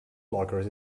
blockers